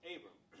Abram